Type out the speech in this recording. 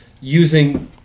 using